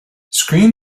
screen